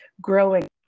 growing